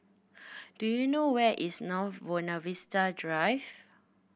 do you know where is North Buona Vista Drive